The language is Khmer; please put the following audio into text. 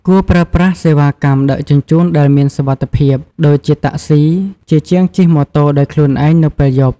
គួរប្រើប្រាស់ សេវាកម្មដឹកជញ្ជូនដែលមានសុវត្ថិភាព ដូចជាតាក់ស៊ី ជាជាងជិះម៉ូតូដោយខ្លួនឯងនៅពេលយប់។